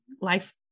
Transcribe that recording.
Life